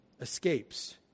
escapes